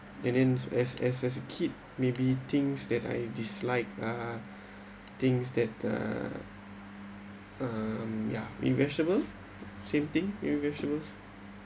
and then as as as a kid maybe things that I dislike uh things that uh um yeah we vegetable same thing in vegetables